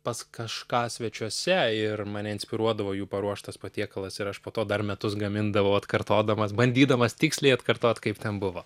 pas kažką svečiuose ir mane inspiruodavo jų paruoštas patiekalas ir aš po to dar metus gamindavau atkartodamas bandydamas tiksliai atkartot kaip ten buvo